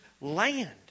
land